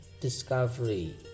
discovery